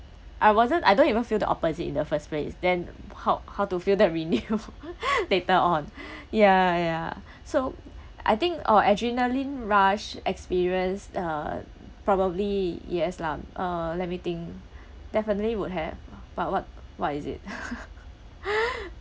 I wasn't I don't even feel the opposite in the first place then how how to feel the renew later on ya ya so I think uh adrenaline rush experience uh probably yes lah uh let me think definitely would have but what what is it